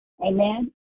amen